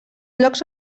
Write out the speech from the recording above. llocs